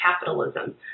capitalism